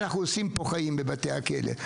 אנחנו עושים חיים פה, בבתי הכלא".